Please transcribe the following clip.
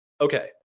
okay